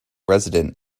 resident